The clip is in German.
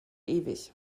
ewig